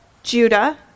judah